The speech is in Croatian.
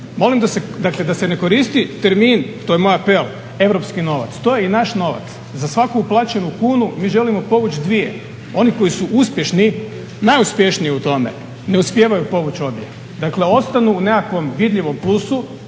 dakle da se ne koristi termin, to je moj apel, europski novac. To je i naš novac. Za svaku uplaćenu kunu mi želimo povući dvije. Oni koji su uspješni, najuspješniji u tome ne uspijevaju povući ovdje. Dakle, ostanu u nekakvom vidljivom plusu,